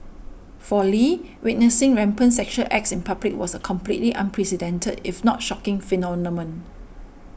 for Lee witnessing rampant sexual acts in public was a completely unprecedented if not shocking phenomenon